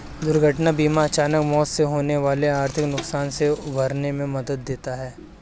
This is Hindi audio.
दुर्घटना बीमा अचानक मौत से होने वाले आर्थिक नुकसान से उबरने में मदद देता है